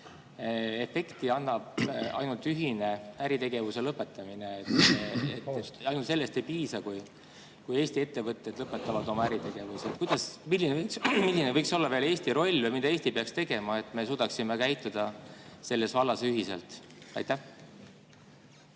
efekti annab ainult ühine äritegevuse lõpetamine. Ja ainult sellest ei piisa, kui Eesti ettevõtted lõpetavad oma äritegevuse. Milline võiks olla Eesti roll või mida Eesti peaks tegema, et me suudaksime käituda selles vallas ühiselt? Aitäh,